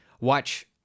watch